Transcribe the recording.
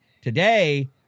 today